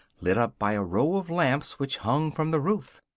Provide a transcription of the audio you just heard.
lit up by a row of lamps which hung from the roof.